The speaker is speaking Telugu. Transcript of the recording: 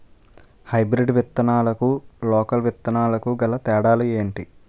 హైబ్రిడ్ విత్తనాలకు లోకల్ విత్తనాలకు గల తేడాలు ఏంటి?